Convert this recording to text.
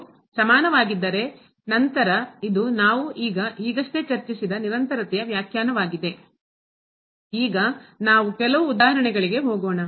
ಇದು ಸಮಾನವಾಗಿದ್ದರೆ ನಂತರ ಇದು ನಾವು ಈಗ ಈಗಷ್ಟೇ ಚರ್ಚಿಸಿದ ನಿರಂತರತೆಯ ವ್ಯಾಖ್ಯಾನವಾಗಿದೆ ಈಗ ನಾವು ಕೆಲವು ಉದಾಹರಣೆಗಳಿಗೆ ಹೋಗೋಣ